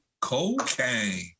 Cocaine